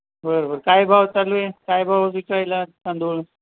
बरं बरं काय भाव चालू आहे काय भाव विकायला तांदूळ